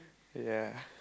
ya